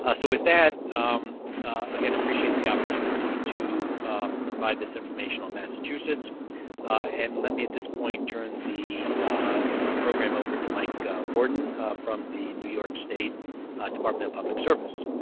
ah so, with that again appreciate the opportunity to provide this information on massachusetts and let me at this point turn the program over to mike worden from the new york state department of public service.